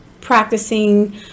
practicing